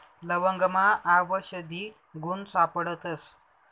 लवंगमा आवषधी गुण सापडतस